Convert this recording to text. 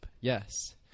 Yes